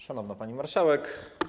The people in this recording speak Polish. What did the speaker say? Szanowna Pani Marszałek!